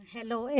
Hello